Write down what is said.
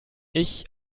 ich